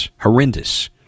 Horrendous